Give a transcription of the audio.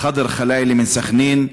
ח'דר ח'לאילה מסח'נין,